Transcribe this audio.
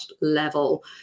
level